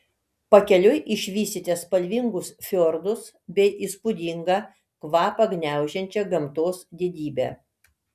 pakeliui išvysite spalvingus fjordus bei įspūdingą kvapą gniaužiančią gamtos didybę